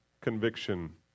conviction